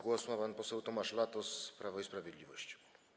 Głos ma pan poseł Tomasz Latos, Prawo i Sprawiedliwość.